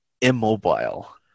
immobile